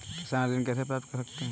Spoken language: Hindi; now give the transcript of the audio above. किसान ऋण कैसे प्राप्त कर सकते हैं?